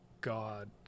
god